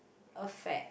affect